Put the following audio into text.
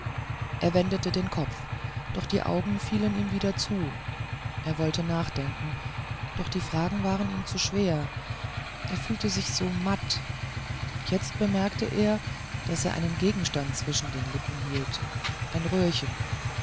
er wendete den kopf doch die augen fielen ihm wieder zu er wollte nachdenken doch die fragen waren ihm zu schwer er fühlte sich so matt jetzt bemerkte er daß er einen gegenstand zwischen den lippen hielt ein röhrchen